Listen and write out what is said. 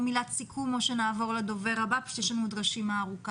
או מילת סיכום או שנעבור לדובר הבא כי יש לנו עוד רשימה ארוכה.